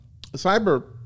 cyber